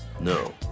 No